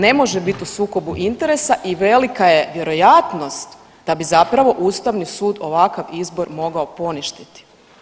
Ne može bit u sukobu interesa i velika je vjerojatnost da bi zapravo ustavni sud ovakav izbor mogao poništiti.